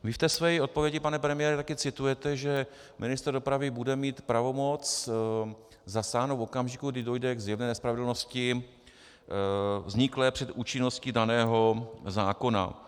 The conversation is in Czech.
Vy ve své odpovědi, pane premiére, taky citujete, že ministr dopravy bude mít pravomoc zasáhnout v okamžiku, kdy dojde k zjevné nespravedlnosti vzniklé před účinností daného zákona.